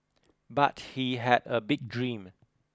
but he had a big dream